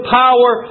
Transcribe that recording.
power